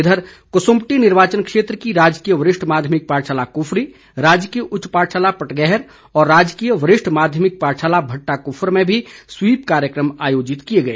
इधर कसुम्पटी निर्वाचन क्षेत्र की राजकीय वरिष्ठ माध्यमिक पाठशाला कुफरी राजकीय उच्च पाठशाला पटगैहर और राजकीय वरिष्ठ माध्यमिक पाठशाला भट्टाकुफर में भी स्वीप कार्यक्रम आयोजित किए गए